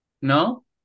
¿No